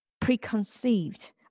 preconceived